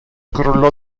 crollò